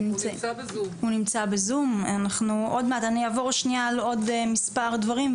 אני אעבור על עוד מספר דברים,